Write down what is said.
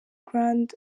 grand